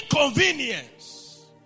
inconvenience